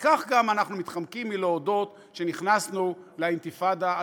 כך גם אנחנו מתחמקים מלהודות שנכנסנו לאינתיפאדה השלישית.